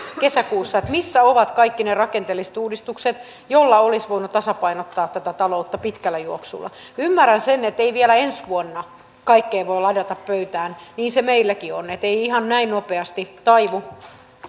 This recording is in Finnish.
kesäkuussa missä ovat kaikki ne rakenteelliset uudistukset joilla olisi voinut tasapainottaa tätä taloutta pitkällä juoksulla ymmärrän sen että ei vielä ensi vuonna kaikkea voi ladata pöytään niin se meilläkin on että ei ihan näin nopeasti taivu